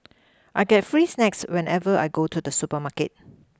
I get free snacks whenever I go to the supermarket